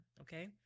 okay